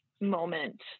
moment